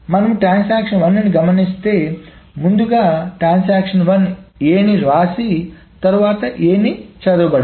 మనము ట్రాన్సాక్షన్1 ని గమనిస్తే ముందుగా ట్రాన్సాక్షన్ 1 A ని వ్రాసి తర్వాత A ని చదవడం